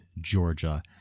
Georgia